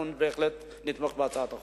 בהחלט נתמוך בהצעת החוק.